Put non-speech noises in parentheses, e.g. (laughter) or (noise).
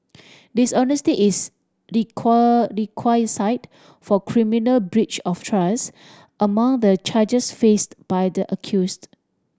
dishonesty is (unintelligible) requisite for criminal breach of trust among the charges faced by the accused